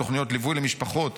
בתוכניות ליווי למשפחות,